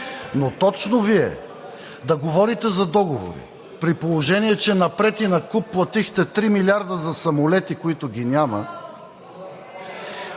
но точно Вие да говорите за договори, при положение че напред и накуп платихте 3 милиарда за самолети, които ги няма